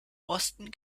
osten